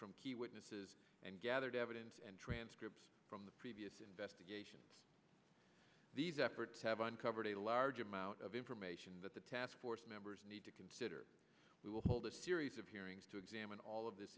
from key witnesses and gathered evidence and transcripts from the previous investigation these efforts have uncovered a large amount of information that the task force members need to consider we will hold a series of hearings to examine all of this